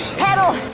pedal!